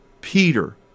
Peter